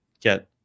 get